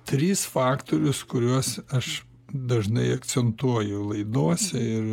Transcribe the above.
tris faktorius kuriuos aš dažnai akcentuoju laidose ir